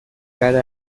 gara